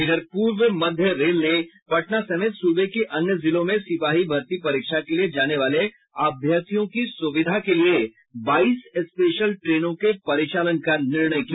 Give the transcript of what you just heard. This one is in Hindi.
इधर पूर्व मध्य रेल ने पटना समेत सूबे के अन्य जिलो में सिपाही भर्ती परीक्षा के लिये जानेवाले अभ्यर्थियों की सुविधा के लिए बाईस स्पेशल ट्रेनों के परिचालन का निर्णय किया